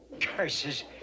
Curses